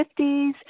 50s